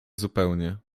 zupełnie